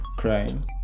crying